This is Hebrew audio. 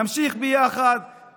נמשיך את היוזמה יחד.) נמשיך ביחד לשכנע.